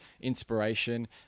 inspiration